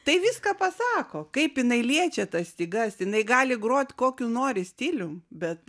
tai viską pasako kaip jinai liečia tas stygas jinai gali grot kokiu nori stilium bet